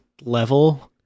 level